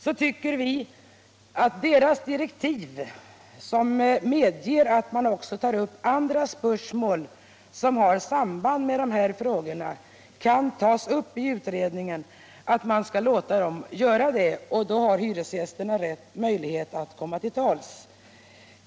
Vi tycker därför att utredningen, vars direktiv medger att den också tar upp andra spörsmål som har samband med detta, bör behandla även dessa frågor, och då har hyresgästen den rätta möjligheten att komma till tals.